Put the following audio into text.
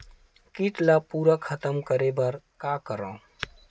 कीट ला पूरा खतम करे बर का करवं?